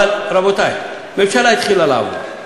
רבותי, ממשלה התחילה לעבוד,